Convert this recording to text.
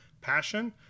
passion